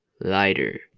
lighter